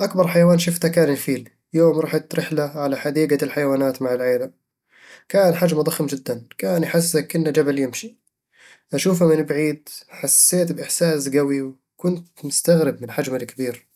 أكبر حيوان شفته كان الفيل، يوم رحت رحلة على حديقة الحيوانات مع العيلة كان حجمه ضخم جدًا، كان يحسسك كأنه جبل يمشي أشوفه من بعيد، حسيت بإحساس قوي وكنت مستغرب من حجمه الكبير